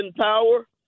power